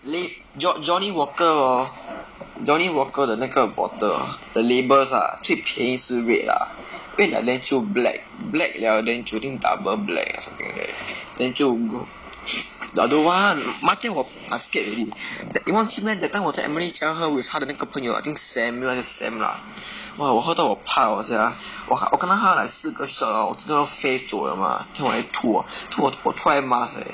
Lab~ Joh~ Johnnie Walker orh Jonnie Walker 的那个 bottle ah the labels ah 最便宜是 red ah red 了 then 就 black black 了 then 就 think double black ah or something like that then 就 go~ I don't want 那天我 I scared already that 你忘记 meh that time 我在 emily 家喝 with 她的那个朋友 I think samuel 还是 sam lah !wah! 我喝到我怕了 sia 我我跟他喝 like 四个 shot orh 我真的要飞走了 mah then 我还吐哦吐我吐在 mask eh